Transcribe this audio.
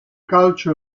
calcio